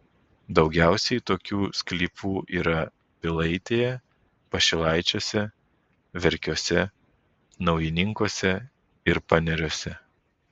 daugiausiai tokių sklypų yra pilaitėje pašilaičiuose verkiuose naujininkuose ir paneriuose